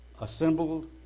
assembled